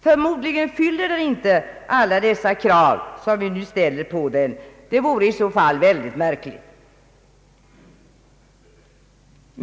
Förmodligen fyller den inte alla de krav som vi ställer på den. Det vore i så fall mycket märkligt.